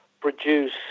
produce